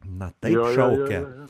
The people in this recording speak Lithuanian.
na taip šaukia